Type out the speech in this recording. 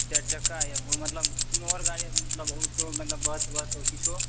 चारि चक्का यऽ मतलब कोनो आओर गाड़ी मतलब ऑटो मतलब बस वस किछो